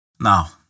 Now